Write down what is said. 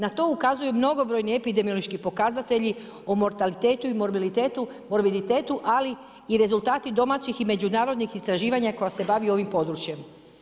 Na to ukazuju mnogobrojni epidemiološki pokazatelji i mortalitetu i morbiditetu ali i rezultati domaćih i međunarodnih istraživanja koja se bavi ovim područjem.